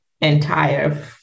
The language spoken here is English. entire